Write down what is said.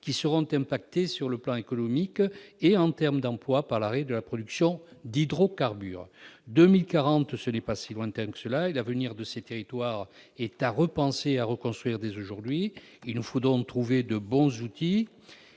qui seront affectés sur le plan économique et en termes d'emploi par l'arrêt de la production d'hydrocarbures. L'échéance de 2040 n'est pas si lointaine. L'avenir de ces territoires est à repenser et à reconstruire dès aujourd'hui. Pour cela, il nous faut trouver de bons outils.